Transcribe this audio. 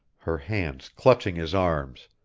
her hands clutching his arms,